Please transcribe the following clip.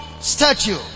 statue